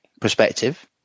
perspective